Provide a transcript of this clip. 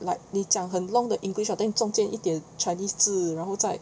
like 你讲很 long 的 english hor then 你中间一点 chinese 字然后再